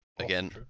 again